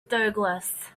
douglas